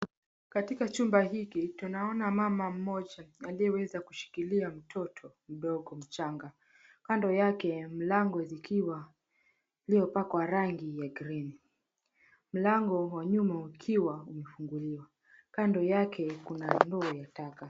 Katika chumba hiki tunaona mama mmoja aliyeweza kushikilia mtoto mdogo mchanga kando yake milango zikiwa ziliopakwa rangi ya green , mlango wa nyuma ukiwa umefunguliwa. Kando yake kuna ndoo ya taka.